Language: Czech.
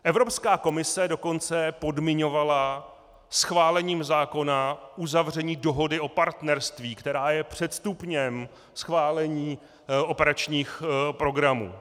Evropská komise dokonce podmiňovala schválením zákona uzavření dohody o partnerství, která je předstupněm schválení operačních programů.